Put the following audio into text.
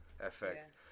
effect